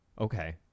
Okay